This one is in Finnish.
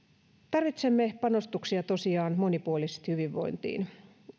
tarvitsemme panostuksia tosiaan monipuolisesti hyvinvointiin